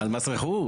על מס רכוש.